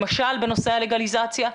למשל בנושא הלגליזציה.